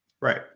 Right